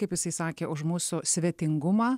kaip jisai sakė už mūsų svetingumą